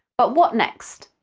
but what next?